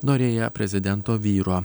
norėję prezidento vyro